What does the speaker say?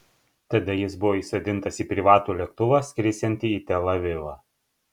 tada jis buvo įsodintas į privatų lėktuvą skrisiantį į tel avivą